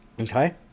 okay